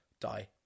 Die